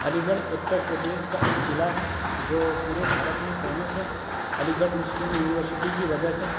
علی گڑھ اُتر پردیش کا ایک ضلع ہے جو پورے بھارت میں فیمس ہے علی گڑھ مسلم یونیورسٹی کی وجہ سے